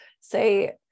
say